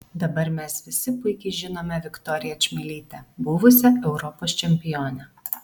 dabar mes visi puikiai žinome viktoriją čmilytę buvusią europos čempionę